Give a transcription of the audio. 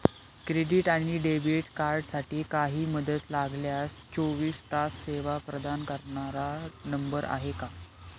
Credit आणि debit कार्डसाठी काही मदत लागल्यास चोवीस तास सेवा प्रदान करणारा नंबर आहे का?